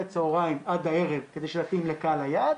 הצהריים עד הערב כדי שיתאים לקהל היעד